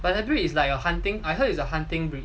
but the breed is like it's like a hunting I heard it's a hunting